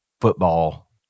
football